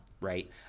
Right